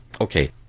okay